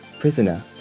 prisoner